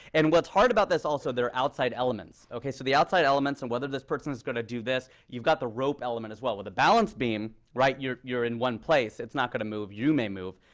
and what's hard about this also, there are outside elements. ok? so the outside elements and whether this person is going to do this, you've got the rope element as well. with a balance beam, right, you're you're in one place. it's not going to move. you may move.